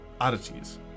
oddities